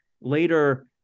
Later